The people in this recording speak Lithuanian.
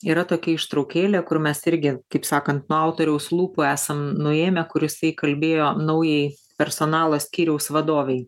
yra tokia ištraukėlė kur mes irgi kaip sakant nuo autoriaus lūpų esam nuėmę kur jisai kalbėjo naujai personalo skyriaus vadovei